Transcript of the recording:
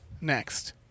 next